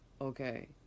okay